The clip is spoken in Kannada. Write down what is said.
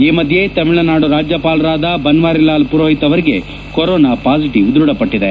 ಈ ಮಡ್ಲೆ ತಮಿಳುನಾಡು ರಾಜ್ಯಪಾಲರಾದ ಬನ್ನರಿಲಾಲ್ ಪುರೋಹಿತ್ ಅವರಿಗೆ ಕೊರೊನಾ ಪಾಸಿಟಿವ್ ದೃಢಪಟ್ನದೆ